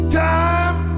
time